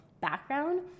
background